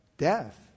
death